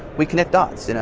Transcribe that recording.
we connect dots, you know?